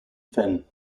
fenn